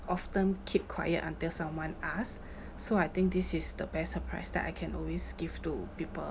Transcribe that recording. often keep quiet until someone asks so I think this is the best surprise that I can always give to people